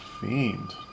Fiend